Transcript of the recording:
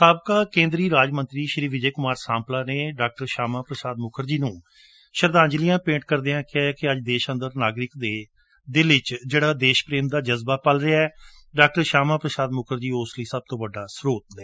ਸ਼ਾਬਕਾ ਕੇਂਦਰੀ ਰਾਜ ਮੰਤਰੀ ਸ਼੍ਰੀ ਵਿਜੇ ਸਾਂਪਲਾ ਨੇ ਡਾਕਟਰ ਮੁਖਰਜੀ ਨੂੰ ਸ਼ਰਧਾਂਜਲੀਆਂ ਭੇਂਟ ਕਰਦਿਆਂ ਕਿਹਾ ਕਿ ਅੱਜ ਦੇਸ਼ ਦੇ ਹਰ ਨਾਗਰਿਕ ਦੇ ਦਿਲ ਵਿੱਚ ਜਿਹੜਾ ਦੇਸ਼ ਪ੍ਰੇਮ ਦਾ ਜਜ਼ਬਾ ਪਲ ਰਿਹੈ ਡਾ ਸ਼ਿਆਮਾ ਪ੍ਰਸਾਦ ਮੁਖਰਜੀ ਉਨ੍ਹਾਂ ਲਈ ਸਭ ਤੋਂ ਵੱਡਾ ਸਰੋਤ ਰਹੇ ਨੇ